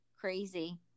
Crazy